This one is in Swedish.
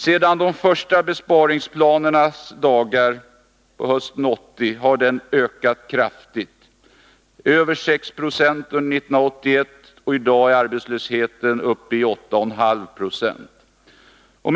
Sedan de första besparingsplanernas dagar har den ökat till över 6 70 under 1981, och i dag är arbetslösheten uppe i 8,5 70.